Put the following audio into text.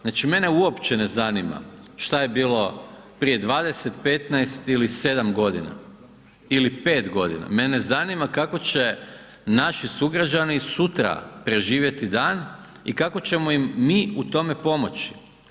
Znači mene uopće ne zanima šta je bilo prije 20, 15 ili 7 godina ili 5 godina, mene zanima kako će naši sugrađani sutra preživjeti dan i kako ćemo im mi u tome pomoći.